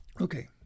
Okay